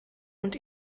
und